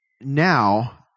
now